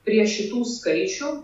prie šitų skaičių